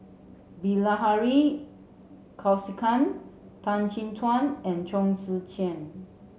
Bilahari Kausikan Tan Chin Tuan and Chong Tze Chien